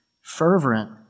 fervent